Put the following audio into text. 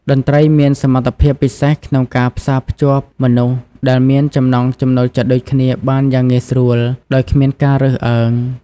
តន្ត្រីមានសមត្ថភាពពិសេសក្នុងការផ្សារភ្ជាប់មនុស្សដែលមានចំណង់ចំណូលចិត្តដូចគ្នាបានយ៉ាងងាយស្រួលដោយគ្មានការរើសអើង។